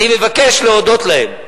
אני מבקש להודות להם.